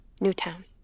Newtown